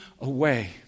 away